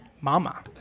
Mama